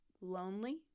lonely